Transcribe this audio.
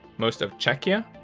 most of czechia,